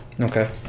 okay